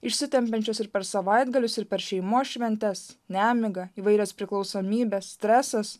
išsitempiančios ir per savaitgalius ir per šeimos šventes nemiga įvairios priklausomybės stresas